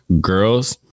girls